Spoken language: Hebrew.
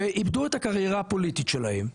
שאיבדו את הקריירה הפוליטית שלהם,